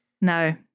No